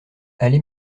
allez